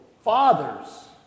Fathers